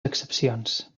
excepcions